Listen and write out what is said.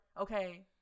Okay